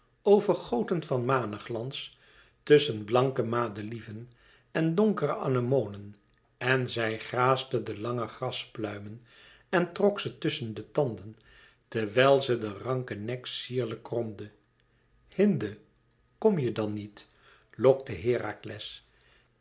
overgoten van maneglans tusschen blanke madelieven en donkere anemonen en zij graasde de lange graspluimen en trok ze tusschen de tanden terwijl ze den ranken nek sierlijk kromde hinde kom je dan niet lokte herakles